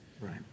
Right